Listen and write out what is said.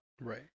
right